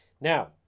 Now